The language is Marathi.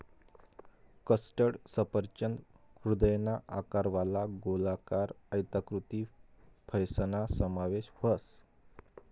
कस्टर्ड सफरचंद हृदयना आकारवाला, गोलाकार, आयताकृती फयसना समावेश व्हस